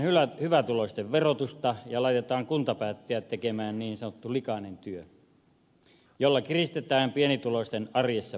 kevennetään hyvätuloisten verotusta ja laitetaan kuntapäättäjät tekemään niin sanottu likainen työ jolla kiristetään pienituloisten arjessa pärjäämistä